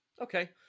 Okay